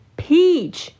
peach